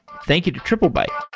thank you to triplebyte